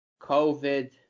COVID